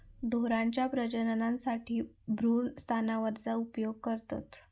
ढोरांच्या प्रजननासाठी भ्रूण स्थानांतरणाचा उपयोग करतत